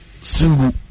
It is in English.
single